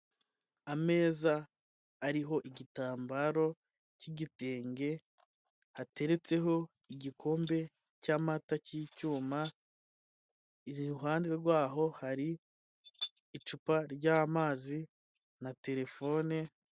Ameza ariho igitambaro cy'igitenge hateretseho igikombe cy'amata cy'icyuma, iruhande rwaho hari icupa ry'amazi na terefone.